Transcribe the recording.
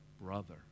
brother